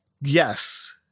Yes